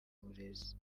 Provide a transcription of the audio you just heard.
burezi